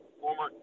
former